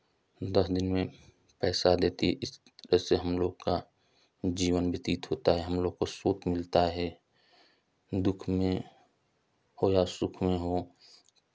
दस दिन में पैसा देती है इस इससे हमलोग का जीवन व्यतीत होता है हमलोग को सुख मिलता है दुःख में हो या सुख में हो